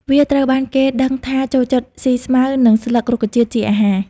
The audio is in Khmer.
វាត្រូវបានគេដឹងថាចូលចិត្តស៊ីស្មៅ និងស្លឹករុក្ខជាតិជាអាហារ។